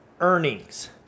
earnings